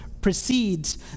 precedes